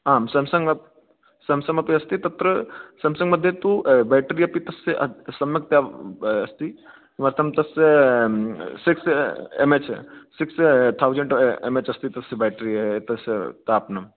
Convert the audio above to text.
आं Samsung Samsung अपि अस्ति तत्र सेम्सङ्ग् मध्ये तु बेटरी अपि तस्य सम्यक्तया अस्ति किमर्थं तस्य six M H six thousand M H अस्ति तस्य बेटरी तस्य तापनं